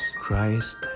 Christ